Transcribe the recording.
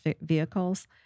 vehicles